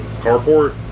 carport